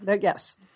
Yes